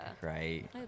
right